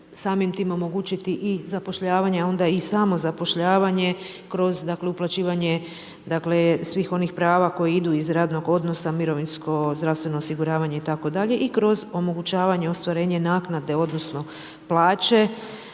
samim time omogućiti zapošljavanje a onda i samozapošljavanje kroz uplaćivanje svih onih prava koje idu iz radnog odnosa mirovinsko, zdravstveno osiguravanje itd, i kroz omogućavanje, ostvarenje naknade, odnosno, plaće.